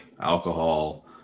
alcohol